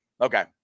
Okay